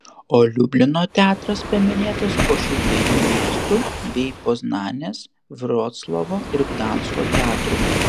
o liublino teatras paminėtas po šių dviejų miestų bei poznanės vroclavo ir gdansko teatrų